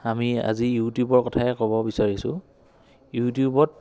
আমি আজি ইউটিউবৰ কথায়ে কব বিচাৰিছোঁ ইউটিউবত